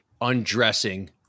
undressing